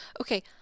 Okay